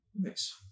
Nice